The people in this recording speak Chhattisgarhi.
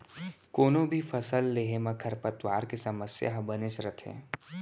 कोनों भी फसल लेहे म खरपतवार के समस्या ह बनेच रथे